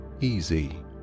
easy